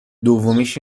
دومیش